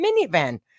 minivan